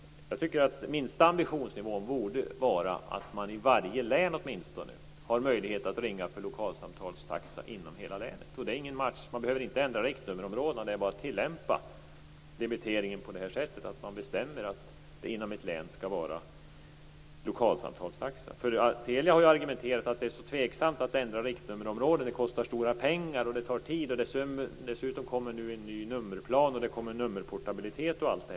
Jag tycker att den minsta ambitionsnivån borde vara att man i varje län har möjlighet att ringa för lokalsamtalstaxa inom hela länet. Det är ingen match - man behöver inte ändra riktnummerområdena, utan det är bara att tillämpa debiteringen på så sätt att man bestämmer att det inom ett län skall vara lokalsamtalstaxa. Telia har ju argumenterat att man är så tveksam till att ändra riktnummerområden. Det kostar mycket pengar, det tar tid, och dessutom kommer nu en ny nummerplan, nummerportabilitet etc.